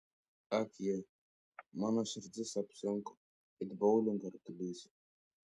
ak ji mano širdis apsunko it boulingo rutulys